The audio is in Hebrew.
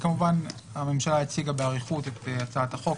הממשלה הציגה באריכות את הצעת החוק,